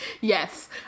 Yes